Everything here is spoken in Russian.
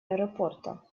аэропорта